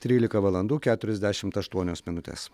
trylika valandų keturiasdešimt aštuonios minutės